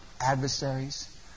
adversaries